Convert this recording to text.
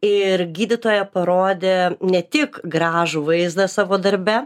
ir gydytoja parodė ne tik gražų vaizdą savo darbe